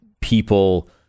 people